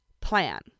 Plan